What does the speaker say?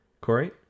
Corey